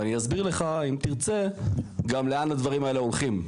ואני אסביר לך גם אם תרצה גם לאן הדברים האלה הולכים.